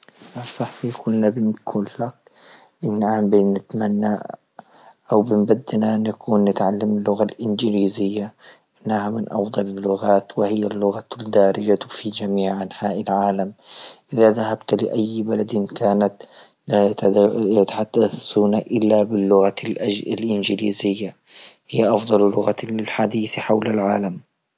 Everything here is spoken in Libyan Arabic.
يا صاحبي كنا بنكولك أن بنتمنى أو بدنا ان نكون نتعلم اللغة الانجليزية، إنها من أفضل اللغات وهي اللغة الدارجة في جميع أنحاء العالم، اذا ذهبت لأي بلد كانت لا يتحدثون إلا باللغة الانج- الانجليزية هي أفضل لغة الحديث حول العالم.